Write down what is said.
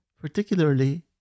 particularly